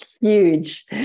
huge